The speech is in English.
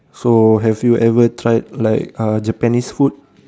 so have you ever tried like uh Japanese food